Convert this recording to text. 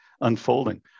unfolding